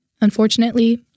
Unfortunately